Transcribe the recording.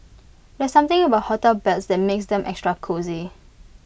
there's something about hotel beds that makes them extra cosy